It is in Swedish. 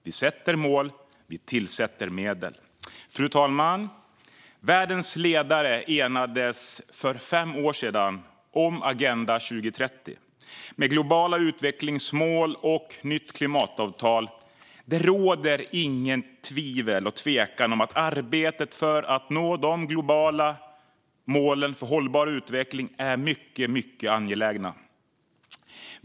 Vi sätter upp mål, och vi tillsätter medel. Fru talman! Världens ledare enades för fem år sedan om Agenda 2030, med globala utvecklingsmål och ett nytt klimatavtal. Det råder ingen tvekan om att arbetet för att nå de globala målen för hållbar utveckling är mycket, mycket angeläget.